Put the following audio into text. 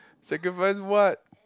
sacrifice what